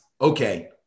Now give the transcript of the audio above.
okay